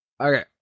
Okay